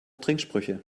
trinksprüche